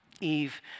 Eve